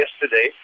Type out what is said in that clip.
yesterday